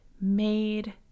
Made